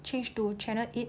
change to channel eight